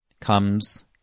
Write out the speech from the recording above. comes